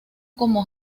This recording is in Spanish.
como